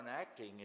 acting